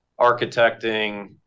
architecting